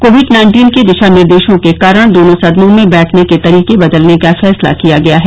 Covid nineteen के दिशा निर्देशों के कारण दोनों सदनों में बैठने के तरीके बदलने का फैसला किया गया है